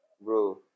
bro